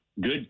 good